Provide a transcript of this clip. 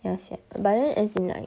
ya sia but then as in like